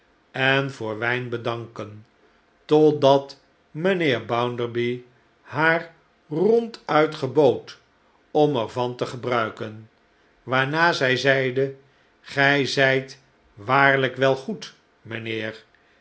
en voor wijn bedanken totdat mijnheer bounderby haar ronduit gebood om er van te gebruiken waarna zij zeide gij zijt waarlijk wel goed mijnheer